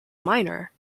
minor